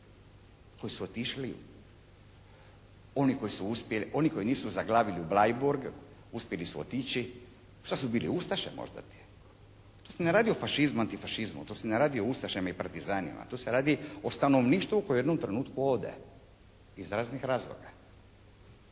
koji su uspjeli, oni koji nisu zaglavili u Bleiburg, uspjeli su otići. Šta su bili ustaše možda ti? Tu se ne radi o fašizmu, antifašizmu, tu se ne radi o ustašama i partizanima, tu se radi o stanovništvu koje u jednom trenutku ode iz raznih razloga.